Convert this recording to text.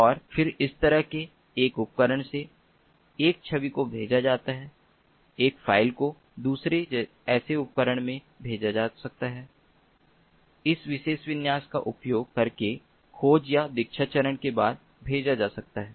और फिर इस तरह के एक उपकरण से एक छवि को भेजा जा सकता है एक फ़ाइल को दूसरे ऐसे उपकरण में भेजा जा सकता है इस विशेष विन्यास का उपयोग करके खोज या दीक्षा चरण के बाद भेजा जा सकता है